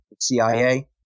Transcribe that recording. CIA